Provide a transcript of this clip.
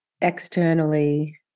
externally